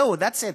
זהו, That's it,